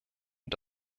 und